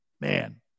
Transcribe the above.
Man